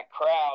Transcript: crowd